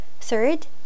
Third